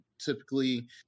typically